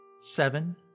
Seven